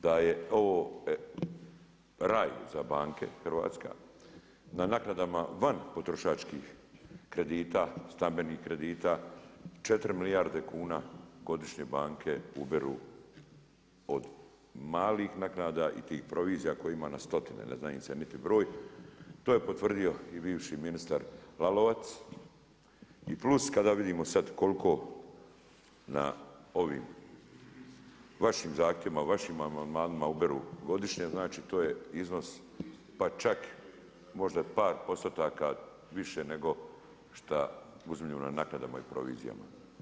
Da je ovo raj za banke, Hrvatska, na naknadama van potrošačkih kredita, stambenih kredita, 4 milijarde kuna godišnje banke uberu od malih naknada i tih provizija koje ima na stotine, ne znam im se niti broj, to je potvrdio i bivši ministar Lalovac i plus kada vidimo sad koliko na ovim vašim zahtjevima, vašim amandmanima uberu godišnje, znači to je iznos pa čak možda par postotaka više nego šta uzimaju na naknadama i provizijama.